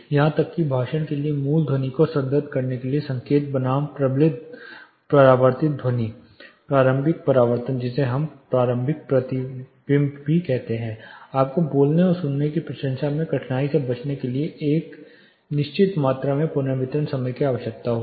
यहां तक कि भाषण के लिए मूल ध्वनि को सुदृढ़ करने के लिए संकेत बनाम प्रबलित परावर्तित ध्वनि प्रारंभिक परावर्तन जिसे हम प्रारंभिक प्रतिबिंब कहते हैं आपको बोलने और सुनने की प्रशंसा में कठिनाई से बचने के लिए एक निश्चित मात्रा में पुनर्वितरण समय की आवश्यकता होती है